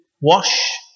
wash